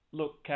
look